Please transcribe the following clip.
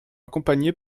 accompagnée